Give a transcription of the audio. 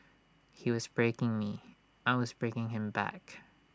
he was breaking me I was breaking him back